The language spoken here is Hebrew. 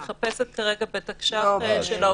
הוא לא הוחרג בעניין הגבלת